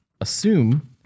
assume